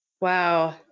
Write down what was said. Wow